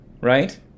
right